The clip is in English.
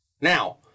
Now